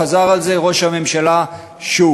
חזר על זה ראש הממשלה שוב,